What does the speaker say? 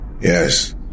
Yes